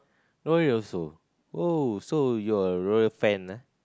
l'oreal also oh so you're a l'oreal fan ah